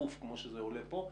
דחוף כמו שזה עולה פה,